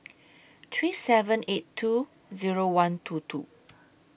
three seven eight two Zero one two two